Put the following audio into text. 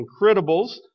Incredibles